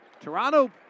Toronto